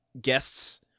guests